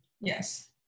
Yes